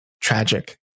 Tragic